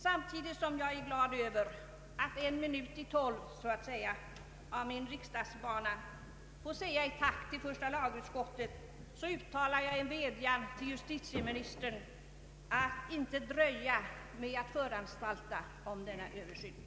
Samtidigt som jag är glad över att så att säga en minut i tolv på min riksdagsbana få uttala ett tack till första lagutskottet, riktar jag en vädjan till justitieministern att inte dröja med att föranstalta om denna översyn.